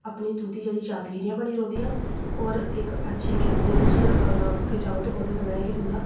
अपनी तुं'दी जेह्ड़ी यादगिरियां बनी रौंह्दियां होर इक अच्छे कैमरे बिच्च खचाओ ते ओह्दे कन्नै कि तुं'दा